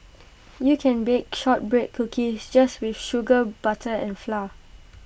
you can bake Shortbread Cookies just with sugar butter and flour